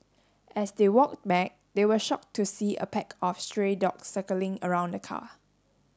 as they walked back they were shocked to see a pack of stray dogs circling around the car